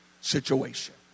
situation